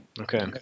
Okay